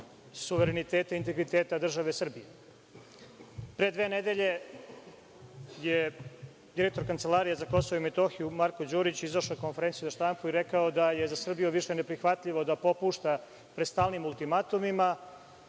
suvereniteta i integriteta države Srbije. Pre dve nedelje je direktor Kancelarije za Kosovo i Metohiju, Marko Đurić izašao na konferenciju za štampu i rekao da je za Srbiju više neprihvatljivo da popušta pred stalnim ultimatumima.